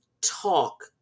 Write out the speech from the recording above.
talk